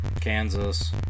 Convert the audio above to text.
Kansas